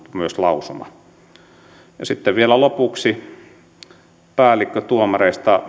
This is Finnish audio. myös lausuma ja sitten vielä lopuksi päällikkötuomareista